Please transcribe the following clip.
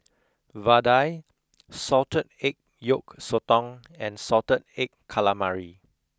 vadai salted egg yolk sotong and salted egg calamari